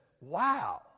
wow